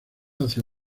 hacia